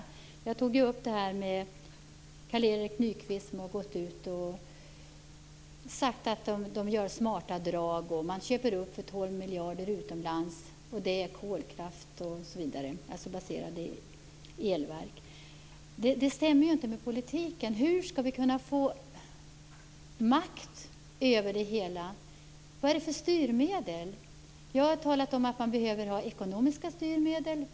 Detta tog jag upp med Carl-Erik Nyqvist, som ju har gått ut och talat om smarta drag, om att man köper upp för 12 miljarder utomlands. Det handlar då om kolkraftsbaserade elverk osv. Det här stämmer ju inte med politiken. Hur skall vi kunna få makt över det hela? Vilka styrmedel handlar det om? Jag har sagt att det behövs ekonomiska styrmedel.